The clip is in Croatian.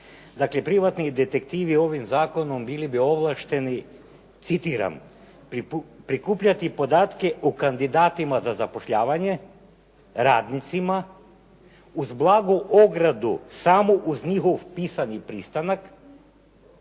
Dakle, privatni detektivi ovim zakonom bili bi ovlašteni, citiram: "prikupljati podatke o kandidatima za zapošljavanje, radnicima", uz blagu ogradu samo uz njihov pisani pristanak,